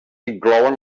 inclouen